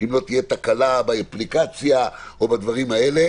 אם לא תהיה תקלה באפליקציה או בדברים האלה.